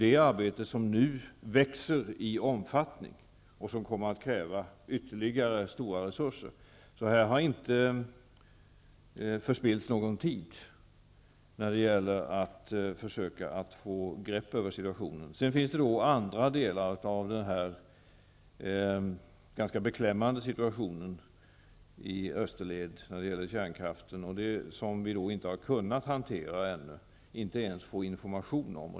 Det arbetet växer nu i omfattning och kommer att kräva ytterligare stora resurser. Här har alltså inte förspillts någon tid när det gällt att försöka få grepp om situationen. Sedan finns det andra delar av den ganska beklämmande situationen när det gäller kärnkraften i österled som vi ännu inte har kunnat hantera, inte ens få information om.